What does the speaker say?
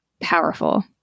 powerful